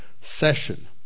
session